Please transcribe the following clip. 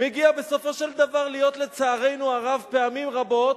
מגיע בסופו של דבר, לצערנו הרב, להיות פעמים רבות,